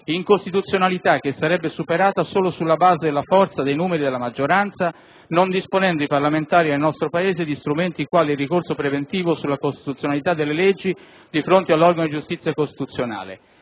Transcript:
incostituzionalità che sarebbe superata solo sulla base della forza dei numeri della maggioranza, non disponendo i parlamentari nel nostro Paese di strumenti quali il ricorso preventivo sulla costituzionalità delle leggi di fronte all'organo di giustizia costituzionale.